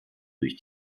durch